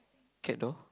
cat door